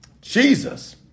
Jesus